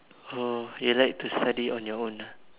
oh you like to study on your own ah